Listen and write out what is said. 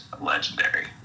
legendary